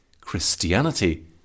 Christianity